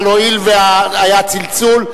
הואיל והיה צלצול,